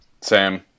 Sam